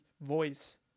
voice